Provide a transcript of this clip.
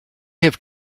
have